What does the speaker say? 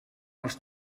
els